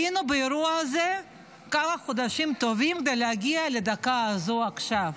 היינו באירוע הזה כמה חודשים טובים כדי להגיע לדקה הזו עכשיו.